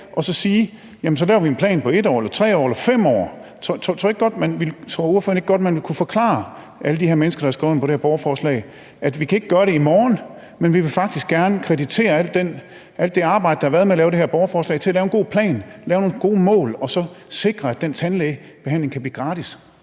og så sige, at så laver vi en plan på 1 år eller 3 år eller 5 år? Tror ordføreren ikke godt, man vil kunne forklare alle de her mennesker, der har skrevet under på det her borgerforslag, at vi ikke kan gøre det i morgen, men at vi faktisk gerne vil kreditere alt det arbejde, der har været med at lave det her borgerforslag, og lave en god plan, lave nogle gode mål og så sikre, at den tandlægebehandling kan blive gratis?